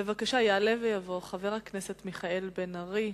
בבקשה, יעלה ויבוא חבר הכנסת מיכאל בן-ארי.